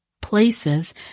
places